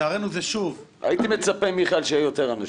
הייתי מצפה, מיכאל, שיהיו יותר אנשים.